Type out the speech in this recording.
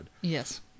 Yes